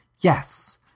Yes